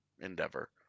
endeavor